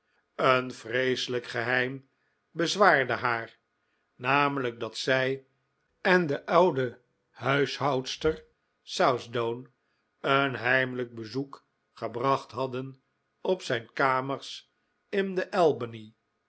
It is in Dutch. een vreeselijk geheim bezwaarde haar namelijk dat zij en de oude huishoudster southdown een heimelijk bezoek gebracht hadden op zijn kamers in de